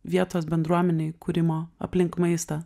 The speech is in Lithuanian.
vietos bendruomenei kūrimo aplink maistą